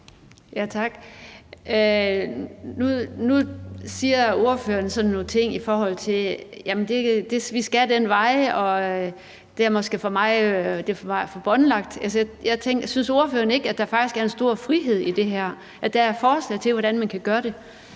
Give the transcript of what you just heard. Tak. Nu siger ordføreren nogle ting om, at vi skal den vej, og at det måske er for båndlagt. Synes ordføreren ikke, at der faktisk er en stor frihed i det her – at det er et forslag til, hvordan man kan gøre det?